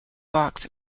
box